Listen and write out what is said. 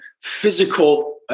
physical